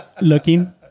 Looking